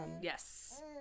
yes